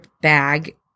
bag